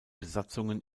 besatzungen